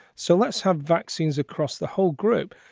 so let's have vaccines across the whole group.